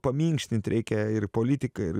paminkštint reikia ir politikai ir